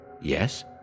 Yes